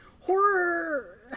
Horror